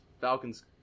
Falcons